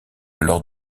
lors